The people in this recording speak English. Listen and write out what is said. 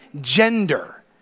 gender